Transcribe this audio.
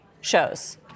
shows